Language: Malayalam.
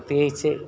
പ്രത്യേകിച്ച്